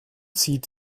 sieht